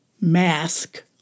mask